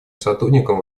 сотрудникам